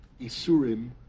Isurim